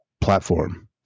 platform